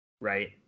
right